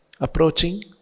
approaching